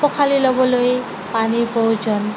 পখালি ল'বলৈ পানীৰ প্ৰয়োজন